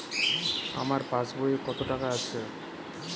আমার পাসবই এ কত টাকা আছে?